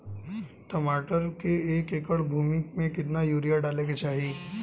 टमाटर के एक एकड़ भूमि मे कितना यूरिया डाले के चाही?